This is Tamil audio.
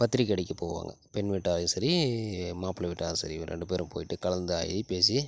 பத்திரிக்கை அடிக்கப் போவாங்க பெண் வீட்டாரும் சரி மாப்பிள வீட்டாரும் சரி இவங்க ரெண்டு பேரும் போய்விட்டு கலந்தாயி பேசி